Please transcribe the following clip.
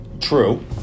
True